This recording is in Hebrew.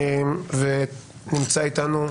נמצא איתנו,